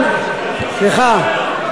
סליחה,